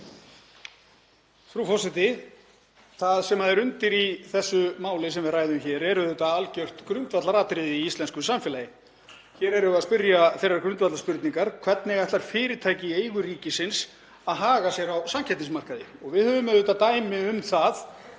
Frú forseti. Það sem er undir í þessu máli sem við ræðum hér eru algjört grundvallaratriði í íslensku samfélagi. Hér erum við að spyrja þeirrar grundvallarspurningar: Hvernig ætlar fyrirtæki í eigu ríkisins að haga sér á samkeppnismarkaði? Við höfum auðvitað dæmi um það